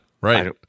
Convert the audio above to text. Right